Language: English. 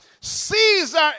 Caesar